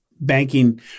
banking